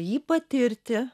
jį patirti